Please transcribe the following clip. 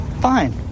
Fine